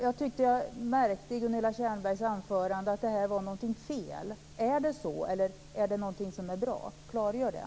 Jag tyckte att jag kunde märka i Gunilla Tjernbergs anförande att hon ansåg att detta var fel. Är det så, eller är detta någonting som är bra? Klargör det!